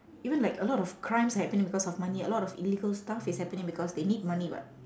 even like a lot of crimes are happening because of money a lot of illegal stuff is happening because they need money what